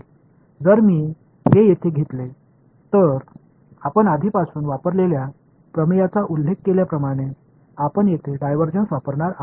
जर मी हे येथे घेतले तर आपण आधीपासून वापरलेल्या प्रमेयचा उल्लेख केल्याप्रमाणे आपण येथे डायव्हर्जन्स वापरणार आहोत